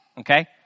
Okay